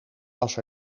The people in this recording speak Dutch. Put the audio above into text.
was